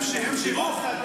אימשי, אימשי, רוח.